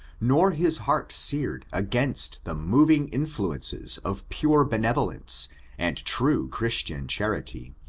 nor his heart seared against the moving influences of pure benevolence and true christian charity.